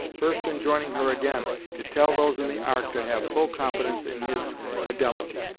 first enjoining her again to tell those in the ark to have full confidence in his fidelity.